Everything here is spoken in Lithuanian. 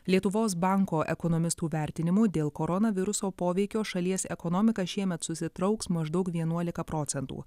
lietuvos banko ekonomistų vertinimu dėl koronaviruso poveikio šalies ekonomika šiemet susitrauks maždaug vienuolika procentų